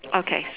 okay